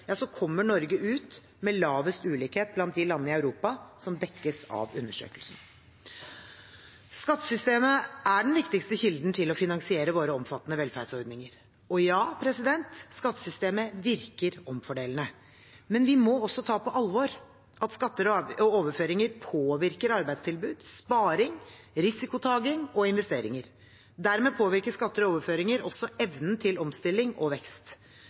kommer Norge ut med minst ulikhet av de landene i Europa som dekkes av undersøkelsen. Skattesystemet er den viktigste kilden til å finansiere våre omfattende velferdsordninger, og ja: Skattesystemet virker omfordelende. Men vi må også ta på alvor at skatter og overføringer påvirker arbeidstilbud, sparing, risikotaking og investeringer. Dermed påvirker skatter og overføringer også evnen til omstilling og vekst.